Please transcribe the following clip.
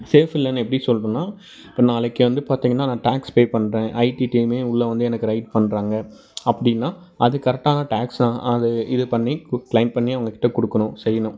safe இல்லைன்னு எப்படி சொல்லுறேன்னா இப்போ நாளைக்கு வந்து பார்த்தீங்கன்னா நான் டாக்ஸ் பே பண்ணுறேன் ஐடி டீமே உள்ள வந்து எனக்கு ரைட் பண்ணுறாங்க அப்படின்னா அது கரெக்டான டாக்ஸ் தான் அது இதுக் பண்ணி க்ளைம் பண்ணி அவங்கக்கிட்ட கொடுக்கணும் செய்யணும்